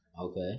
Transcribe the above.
okay